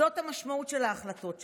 זו המשמעות של ההחלטות שלכם.